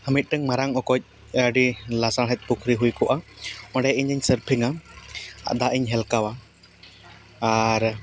ᱢᱤᱫᱴᱟᱝ ᱢᱟᱨᱟᱝ ᱚᱠᱚᱡ ᱟᱹᱰᱤ ᱞᱟᱥᱟᱲᱦᱮᱫ ᱯᱩᱠᱷᱨᱤ ᱦᱩᱭ ᱠᱚᱜᱼᱟ ᱚᱸᱰᱮ ᱤᱧᱤᱧ ᱥᱟᱨᱯᱷᱤᱝᱟ ᱟᱨ ᱫᱟᱜ ᱤᱧ ᱦᱮᱞᱠᱟᱣᱟ ᱟᱨ